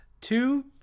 two